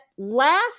Last